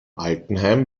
altenheim